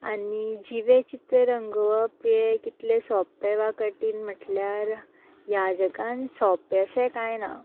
आनी जिवे चित्र रंगोवप हे कितले सोंपें वा कठीण म्हटल्यार ह्या जगान सोंपें अशें कांय ना